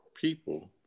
people